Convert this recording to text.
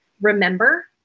remember